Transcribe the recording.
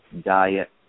diet